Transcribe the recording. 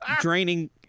Draining